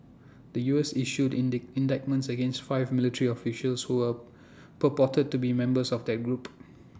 the U S issued indeed indictments against five military officials who were purported to be members of that group